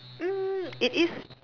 mm it is